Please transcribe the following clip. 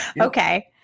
Okay